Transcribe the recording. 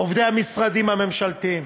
עובדי המשרדים הממשלתיים.